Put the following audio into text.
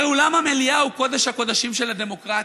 הרי אולם המליאה הוא קודש הקודשים של הדמוקרטיה,